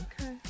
Okay